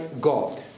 God